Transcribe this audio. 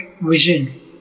vision